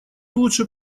лучше